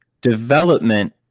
development